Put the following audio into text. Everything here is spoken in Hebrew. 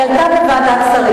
היא עלתה בוועדת השרים.